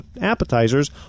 appetizers